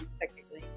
technically